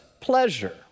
pleasure